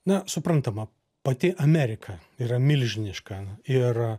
na suprantama pati amerika yra milžiniška ir